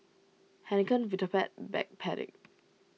Heinekein Vitapet Backpedic